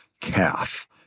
calf